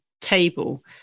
table